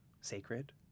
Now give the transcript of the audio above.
sacred